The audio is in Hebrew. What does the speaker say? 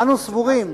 אנו סבורים,